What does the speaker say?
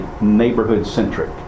neighborhood-centric